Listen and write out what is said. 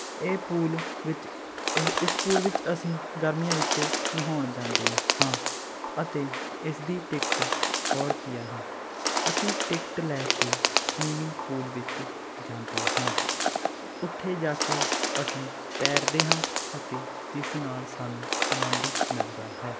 ਇਹ ਪੂਲ ਵਿੱਚ ਇਹ ਇਸ ਪੂਲ ਵਿੱਚ ਅਸੀਂ ਗਰਮੀਆਂ ਵਿੱਚ ਨਹਾਉਣ ਜਾਂਦੇ ਹਾਂ ਅਤੇ ਇਸਦੀ ਟਿਕਟ ਸੌ ਰੁਪਈਆ ਹੈ ਅਸੀਂ ਟਿਕਟ ਲੈ ਕੇ ਸਵੀਮਿੰਗ ਪੂਲ ਵਿੱਚ ਜਾਂਦੇ ਹਾਂ ਉੱਥੇ ਜਾ ਕੇ ਅਸੀਂ ਤੈਰਦੇ ਹਾਂ ਅਤੇ ਜਿਸ ਨਾਲ ਸਾਨੂੰ ਆਨੰਦ ਮਿਲਦਾ ਹੈ